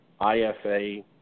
IFA